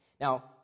Now